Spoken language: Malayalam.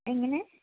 എങ്ങനെ